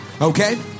Okay